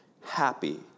Happy